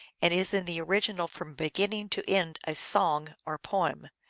and is in the original from beginning to end a song, or poem.